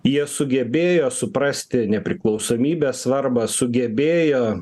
jie sugebėjo suprasti nepriklausomybės svarbą sugebėjo